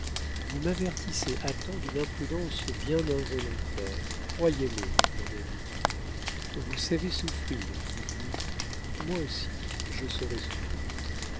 vous m'avertissez à temps d'une imprudence bien involontaire croyez-le mon ami vous savez souffrir dites-vous moi aussi je saurai souffrir